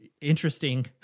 interesting